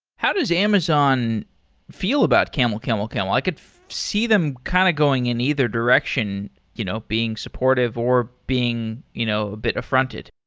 how does amazon feel about camelcamelcamel? i could see them kind of going in either direction you know being supportive or being you know a bit affronted.